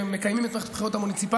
שמקיימים את מערכת הבחירות המוניציפליות,